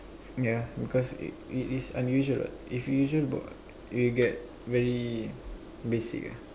yeah because it is unusual what if usual will get very basic ah